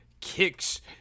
kicks